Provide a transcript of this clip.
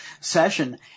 session –